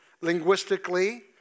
linguistically